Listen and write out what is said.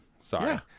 Sorry